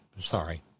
sorry